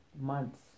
months